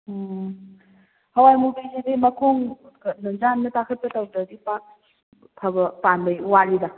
ꯎꯝ ꯍꯋꯥꯏ ꯃꯨꯕꯤꯁꯤꯗꯤ ꯃꯈꯣꯡ ꯈꯔ ꯈꯔ ꯌꯥꯟꯕ ꯇꯥꯈꯠꯄ ꯇꯧꯗ꯭ꯔꯗꯤ ꯄꯥꯛ ꯐꯕ ꯄꯥꯟꯕ ꯋꯥꯠꯂꯤꯗ